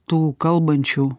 tų kalbančių